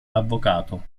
avvocato